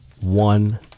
one